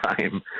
time